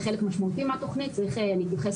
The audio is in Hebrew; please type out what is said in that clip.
חלק משמעותי מהתכנית צריך להתייחס